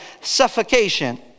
suffocation